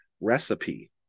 recipe